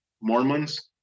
Mormons